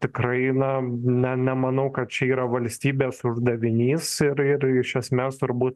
tikrai na ne nemanau kad čia yra valstybės uždavinys ir ir iš esmės turbūt